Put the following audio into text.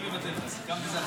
בבקשה.